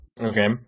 Okay